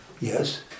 yes